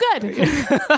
good